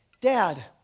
Dad